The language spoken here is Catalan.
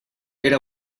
era